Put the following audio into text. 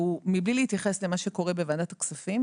מבלי להתייחס למה שקורה בוועדת הכספים,